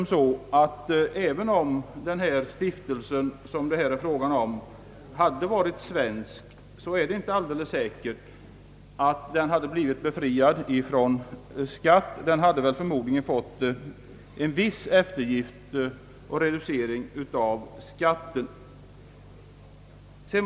även om den stiftelse som det här är fråga om hade varit svensk, är det inte alldeles säkert att den hade blivit befriad från skatt; förmodligen hade det blivit en viss reducering och eftergift.